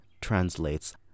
translates